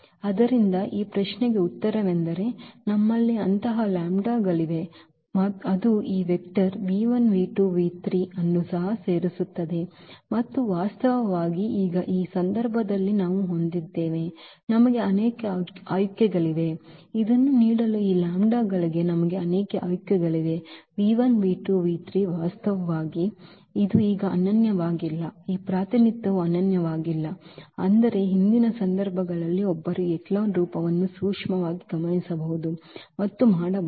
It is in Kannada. ಆದ್ದರಿಂದ ಈ ಪ್ರಶ್ನೆಗೆ ಉತ್ತರವೆಂದರೆ ನಮ್ಮಲ್ಲಿ ಅಂತಹ ಲ್ಯಾಂಬ್ಡಾಗಳಿವೆ ಅದು ಈ ಅನ್ನು ಸೇರಿಸುತ್ತದೆ ಮತ್ತು ವಾಸ್ತವವಾಗಿ ಈಗ ಈ ಸಂದರ್ಭದಲ್ಲಿ ನಾವು ಹೊಂದಿದ್ದೇವೆ ನಮಗೆ ಅನೇಕ ಆಯ್ಕೆಗಳಿವೆ ಇದನ್ನು ನೀಡಲು ಈ ಲ್ಯಾಂಬ್ಡಾಗಳಿಗೆ ನಮಗೆ ಅನೇಕ ಆಯ್ಕೆಗಳಿವೆ ವಾಸ್ತವವಾಗಿ ಇದು ಈಗ ಅನನ್ಯವಾಗಿಲ್ಲ ಈ ಪ್ರಾತಿನಿಧ್ಯವು ಅನನ್ಯವಾಗಿಲ್ಲ ಆದರೆ ಹಿಂದಿನ ಸಂದರ್ಭಗಳಲ್ಲಿ ಒಬ್ಬರು ಈ ಎಚೆಲಾನ್ ರೂಪವನ್ನು ಸೂಕ್ಷ್ಮವಾಗಿ ಗಮನಿಸಬಹುದು ಮತ್ತು ಮಾಡಬಹುದು